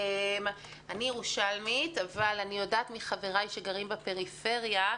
אני ירושלמית אבל אני יודעת מחבריי שגרים בפריפריה,